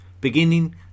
beginning